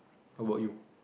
how about you